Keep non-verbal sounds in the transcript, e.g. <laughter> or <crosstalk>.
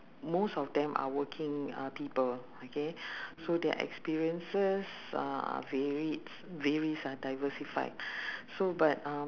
most of them are working uh people okay so their experiences uh varies varies ah diversified <breath> so but um